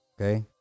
okay